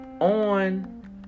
on